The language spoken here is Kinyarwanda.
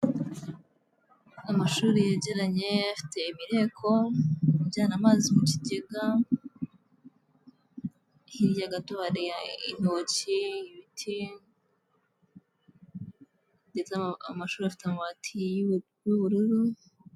Amashuri yegeranye afite imireko ijyana amazi mu kiga, hirya gato hari intoki, ibiti, ndetse amashuri afite amabati y'ubururu.